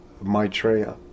Maitreya